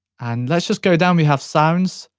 and let's just go down. we have sounds.